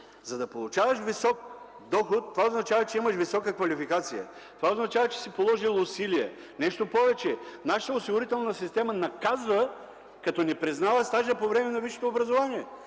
За да получаваш висок доход, това означава, че имаш висока квалификация, това означава, че си положил усилия. Нещо повече, нашата осигурителна система наказва, като не признава стажа по време на висшето образование